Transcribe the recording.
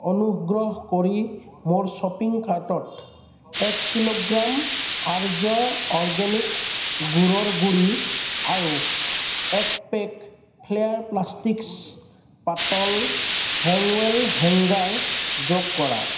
অনুগ্ৰহ কৰি মোৰ শ্বপিং কাৰ্টত এক কিলোগ্ৰাম আৰ্য অৰ্গেনিক গুড়ৰ গুড়ি আৰু এক পেক ফ্লেয়াৰ প্লাষ্টিকছ পাতল হেংৱেল হেংগাৰ যোগ কৰা